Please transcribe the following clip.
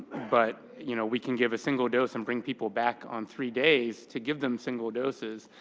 but you know we can give a single dose and bring people back on three days to give them single doses.